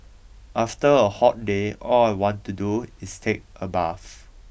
after a hot day all I want to do is take a bath